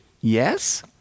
Yes